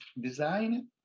design